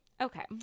okay